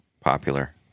popular